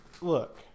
look